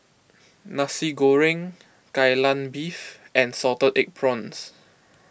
Nasi Goreng Kai Lan Beef and Salted Egg Prawns